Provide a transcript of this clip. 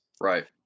Right